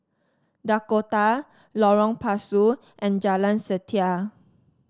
Dakota Lorong Pasu and Jalan Setia